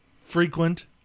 frequent